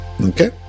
okay